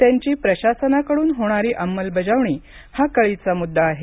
त्यांची प्रशासनाकडून होणारी अंमलबजावणी हा कळीचा मुद्दा आहे